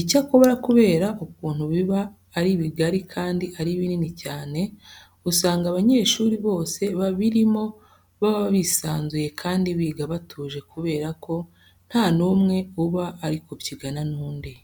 Icyakora kubera ukuntu biba ari bigari kandi ari binini cyane, usanga abanyeshuri bose babirimo baba bisanzuye kandi biga batuje kubera ko nta n'umwe uba ari kubyigana n'undi.